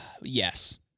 yes